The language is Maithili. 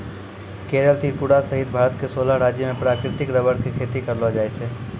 केरल त्रिपुरा सहित भारत के सोलह राज्य मॅ प्राकृतिक रबर के खेती करलो जाय छै